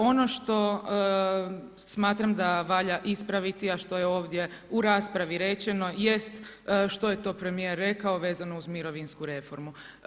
Ono što smatram da valja ispraviti a što je ovdje u raspravi rečeno jest što je to premijer rekao vezano uz mirovinsku reformu.